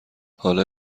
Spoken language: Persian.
حالا